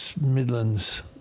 Midlands